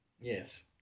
Yes